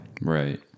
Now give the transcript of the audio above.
Right